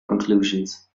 conclusions